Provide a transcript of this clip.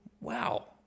wow